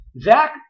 Zach